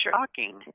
shocking